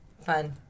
fun